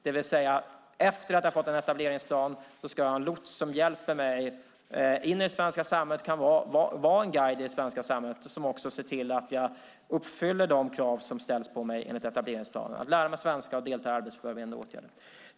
Efter att man har fått en etableringsplan ska man ha en lots som hjälper en in i det svenska samhället, som kan vara en guide i det svenska samhället och se till att man uppfyller de krav som ställs på en enligt etableringsplanen, det vill säga att lära sig svenska och delta i arbetsförberedande åtgärder.